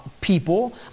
people